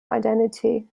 identity